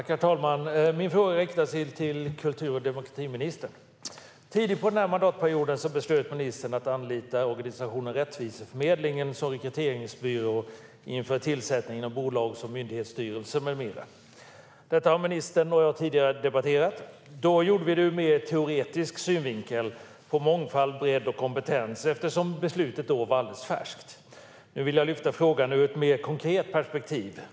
Herr talman! Min fråga riktar sig till kultur och demokratiministern. Tidigt i den här mandatperioden beslöt ministern att anlita organisationen Rättviseförmedlingen som rekryteringsbyrå inför tillsättningen av bolags och myndighetsstyrelser med mera. Detta har ministern och jag tidigare debatterat. Då gjorde vi det från en mer teoretisk synvinkel på mångfald, bredd och kompetens, eftersom beslutet då var alldeles färskt. Nu vill jag ta upp frågan från ett mer konkret perspektiv.